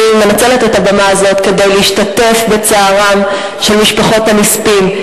אני מנצלת את הבמה הזאת כדי להשתתף בצערן של משפחות הנספים,